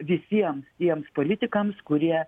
visiems tiems politikams kurie